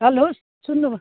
hello सुन्नु